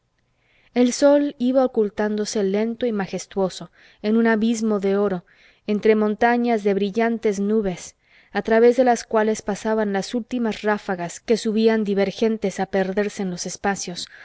el sol iba ocultándose lento y majestuoso en un abismo de oro entre montañas de brillantes nubes a través de las cuales pasaban las últimas ráfagas que subían divergentes a perderse en los espacios o